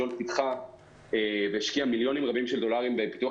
Jolt פיתחה והשקיעה מיליונים רבים של דולרים בפיתוח